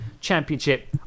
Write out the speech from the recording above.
Championship